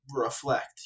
reflect